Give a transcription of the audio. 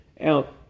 out